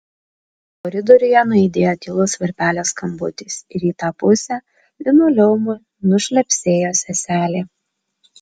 koridoriuje nuaidėjo tylus varpelio skambutis ir į tą pusę linoleumu nušlepsėjo seselė